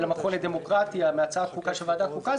של המכון לדמוקרטיה ושל הצעת החוק של ועדת החוקה,